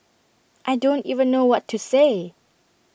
I don't even know what to say